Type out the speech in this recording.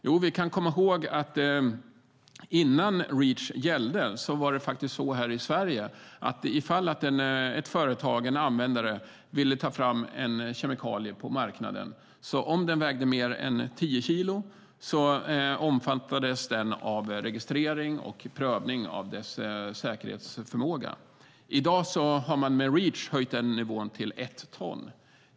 Jo, vi kan komma ihåg att innan Reach började gälla var det så i Sverige att om ett företag, en användare, ville ta fram en kemikalie på marknaden som vägde mer än 10 kilo omfattades kemikalien av registrering och prövning av dess säkerhetsförmåga. Med Reach har nivån höjts till 1 ton.